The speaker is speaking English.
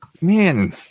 man